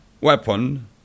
weapon